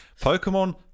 Pokemon